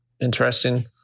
interesting